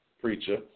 preacher